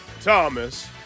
Thomas